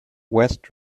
west